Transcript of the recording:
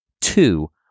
two